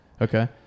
Okay